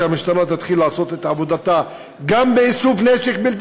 שהמשטרה תתחיל לעשות את עבודתה גם באיסוף נשק בלתי